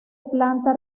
planta